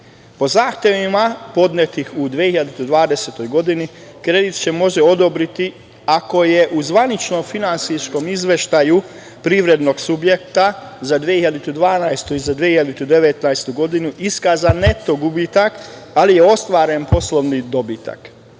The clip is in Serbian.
zahtevima podnetim u 2020. godini kredit se može odobriti ako je u zvaničnom finansijskom izveštaju privrednog subjekta za 2012. i 2019. godinu iskazan neto gubitak, ali je ostvaren poslovni dobitak.